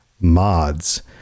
mods